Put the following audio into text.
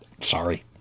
Sorry